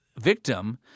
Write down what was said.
victim